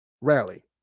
rally